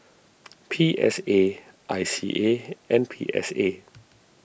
P S A I C A and P S A